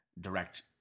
direct